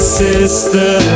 sister